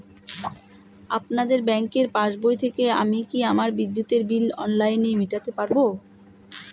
আপনাদের ব্যঙ্কের পাসবই থেকে আমি কি আমার বিদ্যুতের বিল অনলাইনে মেটাতে পারবো?